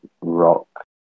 rock